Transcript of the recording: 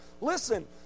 listen